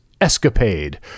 Escapade